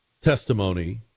testimony